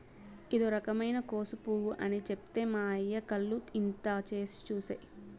ఇదో రకమైన కోసు పువ్వు అని చెప్తే మా అయ్య కళ్ళు ఇంత చేసి చూసే